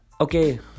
okay